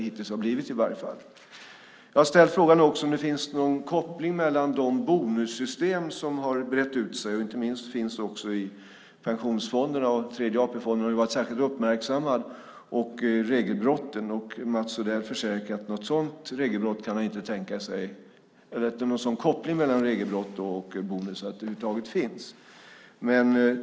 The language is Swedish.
Jag ställde också frågan om det finns någon koppling mellan de bonussystem som har brett ut sig - inte minst i pensionsfonderna där Tredje AP-fonden varit särskilt uppmärksammad - och regelbrotten. Mats Odell försäkrar att någon sådan koppling mellan regelbrott och bonusar kan han inte tänka sig att det över huvud taget finns.